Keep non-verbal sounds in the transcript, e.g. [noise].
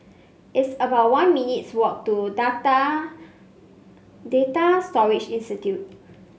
it's about one minutes' walk to [unintelligible] Data Storage Institute